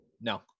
No